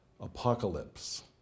Apocalypse